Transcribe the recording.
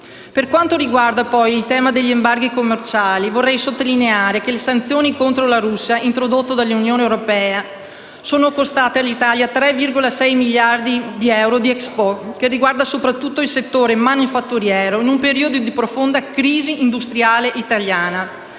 Per quanto riguarda, poi, il tema degli embarghi commerciali, vorrei sottolineare che le sanzioni contro la Russia introdotte dall'Unione europea sono costate all'Italia 3,6 miliardi di euro di *export* che riguarda soprattutto il settore manifatturiero in un periodo di profonda crisi industriale italiana